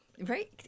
Right